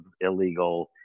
illegal